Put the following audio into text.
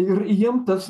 ir jiem tas